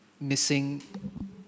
missing